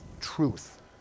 truth